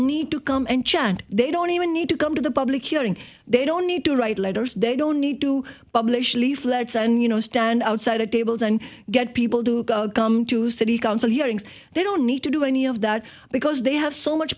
need to come and chat they don't even need to come to the public hearing they don't need to write letters they don't need to bubblicious leaflets and you know stand outside of tables and get people to come to city council hearings they don't need to do any of that because they have so much